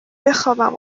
بخابم